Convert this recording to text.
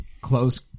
close